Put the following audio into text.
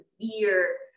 severe